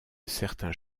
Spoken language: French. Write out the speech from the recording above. certains